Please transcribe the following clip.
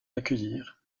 accueillir